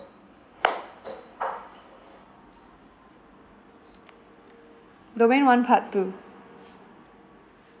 domain one part two